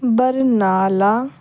Barnala